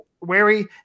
wary